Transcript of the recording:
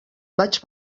vaig